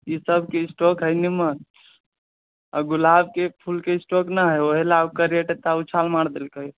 ई सब चीजके स्टॉक है नीमन गुलाबके फूलके स्टॉक नहि हय ओहि लए ओकर रेट एते उछाल मारि देलकै